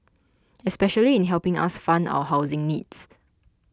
especially in helping us fund our housing needs